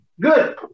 Good